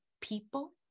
people